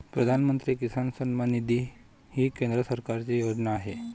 प्रधानमंत्री किसान सन्मान निधी ही केंद्र सरकारची योजना आहे